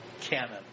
canon